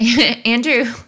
Andrew